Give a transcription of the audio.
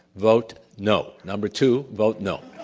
vote no, number two, vote no.